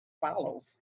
follows